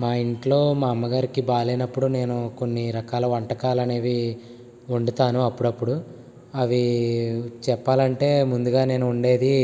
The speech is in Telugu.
మా ఇంట్లో మా అమ్మగారికి బాగలేనప్పుడు నేను కొన్ని రకాల వంటకాలు అనేవి వండుతాను అప్పుడప్పుడు అవి చెప్పాలి అంటే ముందుగా నేను వండేది